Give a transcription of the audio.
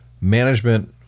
management